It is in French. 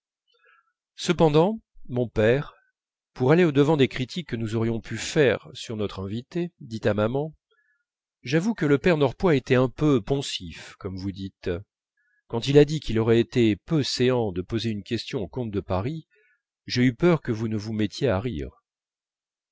cependant mon père pour aller au-devant des critiques que nous aurions pu faire sur notre invité dit à maman j'avoue que le père norpois a été un peu poncif comme vous dites quand il a dit qu'il aurait été peu séant de poser une question au comte de paris j'ai eu peur que vous ne vous mettiez à rire